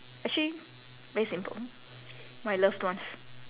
actually very simple my loved ones